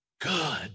good